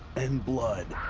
and blood.